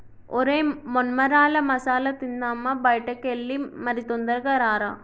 ఒరై మొన్మరాల మసాల తిందామా బయటికి ఎల్లి మరి తొందరగా రారా